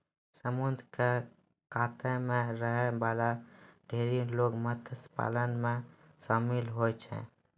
समुद्र क कातो म रहै वाला ढेरी लोग मत्स्य पालन म शामिल होय छै